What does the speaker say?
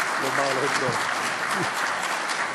(מחיאות כפיים)